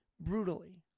brutally